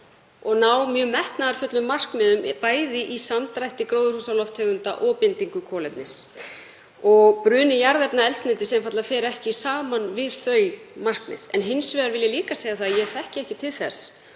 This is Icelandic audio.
og ná mjög metnaðarfullum markmiðum, bæði í samdrætti gróðurhúsalofttegunda og bindingu kolefnis. Bruni jarðefnaeldsneytis fer einfaldlega ekki saman við þau markmið. Ég vil líka segja að ég þekki ekki til þess,